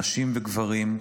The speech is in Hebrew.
נשים וגברים,